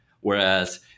Whereas